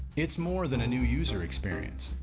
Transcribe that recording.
it's more than a new user experience.